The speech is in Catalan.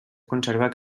conservat